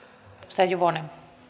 arvoisa